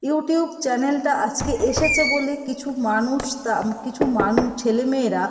YouTube চ্যানেলটা আজকে এসেছে বলে কিছু মানুষ তা কিছু মান ছেলে মেয়েরা